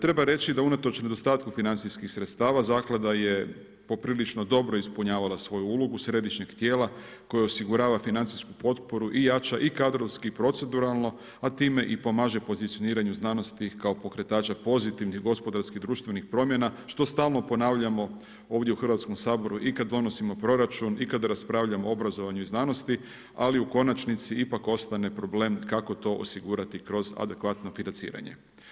Treba reći da unatoč nedostatku financijskih sredstava zaklada je poprilično dobro ispunjavala svoju ulogu središnjih tijela koje osigurava financijsku potporu i jača i kadrovski i proceduralno a time i pomaže pozicioniranju znanosti kao pokretača pozitivnih gospodarskih i društvenih promjena što stalno ponavljamo ovdje u Hrvatskom saboru i kada donosimo proračun i kada raspravljamo o obrazovanju i znanosti ali u konačnici ipak ostane problem kako to osigurati kroz adekvatno financiranje.